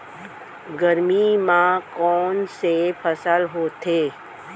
गरमी मा कोन से फसल होथे?